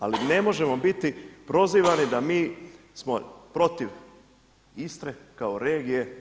Ali ne možemo biti prozivani da mi smo protiv Istre kao regije.